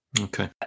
Okay